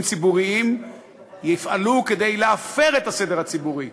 ציבוריים יפעלו כדי להפר את הסדר הציבורי,